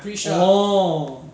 orh